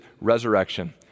resurrection